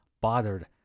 bothered